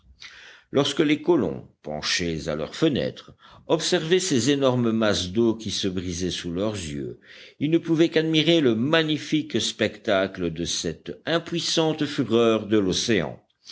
lorsque les colons penchés à leurs fenêtres observaient ces énormes masses d'eau qui se brisaient sous leurs yeux ils ne pouvaient qu'admirer le magnifique spectacle de cette impuissante fureur de l'océan